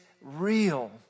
real